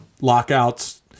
lockouts